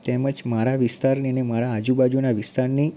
તેમજ મારા વિસ્તારની અને મારા આજુબાજુના વિસ્તારની